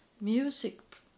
music